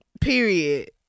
period